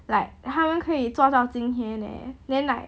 like 他们可以做到今天 eh then like